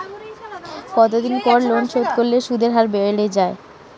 কতদিন পর লোন শোধ করলে সুদের হার বাড়ে য়ায়?